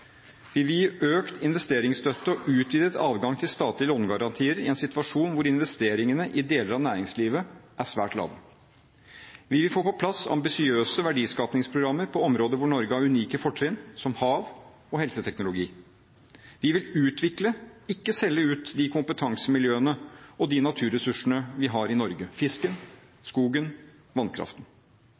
Vi vil gi økt investeringsstøtte og utvidet adgang til statlige lånegarantier i en situasjon hvor investeringene i deler av næringslivet er svært lave. Vi vil få på plass ambisiøse verdiskapingsprogrammer på områder hvor Norge har unike fortrinn, som hav og helseteknologi. Vi vil utvikle – ikke selge ut – de kompetansemiljøene og de naturressursene vi har i Norge: fisken, skogen, vannkraften.